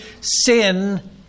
sin